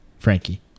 Frankie